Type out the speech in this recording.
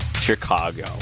Chicago